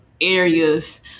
areas